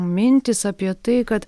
mintys apie tai kad